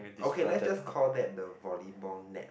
okay let's just call that the volleyball net